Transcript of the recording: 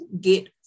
get